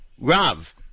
rav